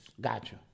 Gotcha